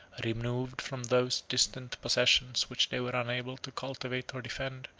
removed from those distant possessions which they were unable to cultivate or defend,